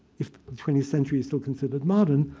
if the twentieth century is still considered modern,